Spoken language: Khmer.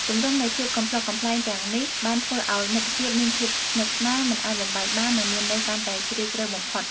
ទម្រង់នៃភាពកំប្លុកកំប្លែងទាំងនេះបានធ្វើឱ្យមិត្តភាពមានភាពស្និទ្ធស្នាល មិនអាចបំបែកបាន និងមានន័យកាន់តែជ្រាលជ្រៅបំផុត។